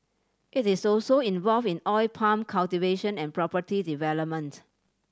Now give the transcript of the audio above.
it is also involved in oil palm cultivation and property development